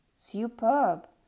superb